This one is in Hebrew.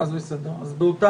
אז נביא נוסח באותה